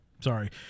Sorry